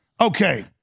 Okay